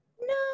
no